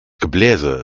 gebläse